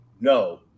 No